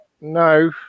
no